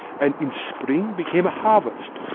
and in's spring became a harvest,